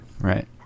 Right